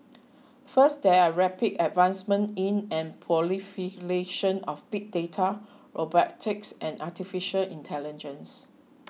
first there are rapid advancements in and proliferation of big data robotics and Artificial Intelligence